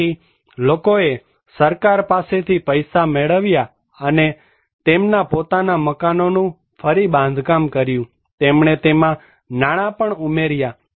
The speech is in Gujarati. તેથી લોકોએ સરકાર પાસેથી પૈસા મેળવ્યા અને તેમના પોતાના મકાનોનું ફરી બાંધકામ કર્યું તેમણે તેમાં નાણાં પણ ઉમેર્યા